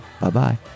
Bye-bye